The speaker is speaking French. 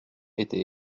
été